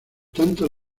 tanto